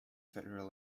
federal